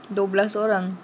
dua belas orang